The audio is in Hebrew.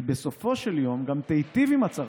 היא בסופו של יום גם תיטיב עם הצרכן,